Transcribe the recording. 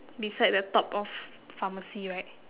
beside the top of pharmacy right